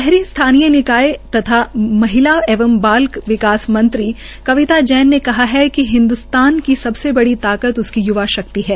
शहरी स्थानीय निकाय तथा महिला एंव बाल विकास मंत्री कविता जैन ने कहा है कि हिन्द्रस्तान को सबसे बड़ी ताकत उसकी युवा शक्ति है